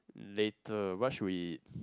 later where should we eat